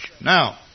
Now